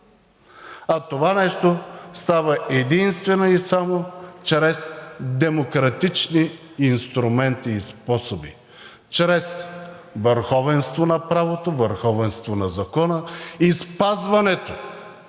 а това нещо става единствено и само чрез демократични инструменти и способи, чрез върховенство на правото, върховенство на закона, спазването